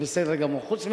חוץ מזה,